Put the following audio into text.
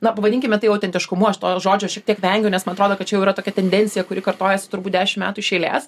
na pavadinkime tai autentiškumu aš to žodžio šiek tiek vengiu nes man atrodo kad čia jau yra tokia tendencija kuri kartojasi turbūt dešimt metų iš eilės